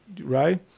right